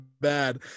bad